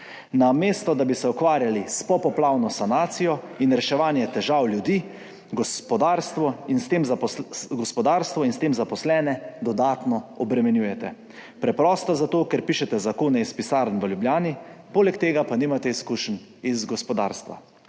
Namesto da bi se ukvarjali s popoplavno sanacijo in reševanjem težav ljudi, gospodarstvo in s tem zaposlene dodatno obremenjujete, preprosto zato, ker pišete zakone iz pisarn v Ljubljani, poleg tega pa nimate izkušenj iz gospodarstva.